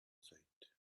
sight